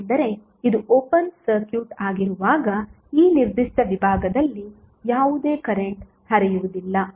ಏಕೆಂದರೆ ಇದು open circuit ಆಗಿರುವಾಗ ಈ ನಿರ್ದಿಷ್ಟ ವಿಭಾಗದಲ್ಲಿ ಯಾವುದೇ ಕರೆಂಟ್ ಹರಿಯುವುದಿಲ್ಲ